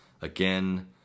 Again